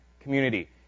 community